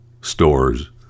stores